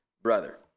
Brother